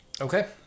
Okay